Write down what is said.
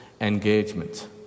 engagement